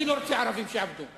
אני לא רוצה שיעבדו בה ערבים.